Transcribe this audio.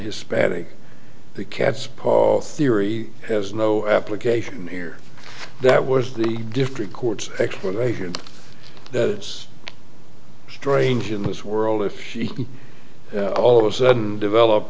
hispanic the cat's paul theory has no application here that was the different courts explanation that it's strange in this world if all of a sudden developed